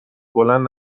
بلند